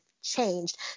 changed